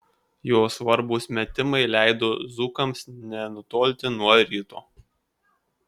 jo svarbūs metimai leido dzūkams nenutolti nuo ryto